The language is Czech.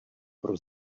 pro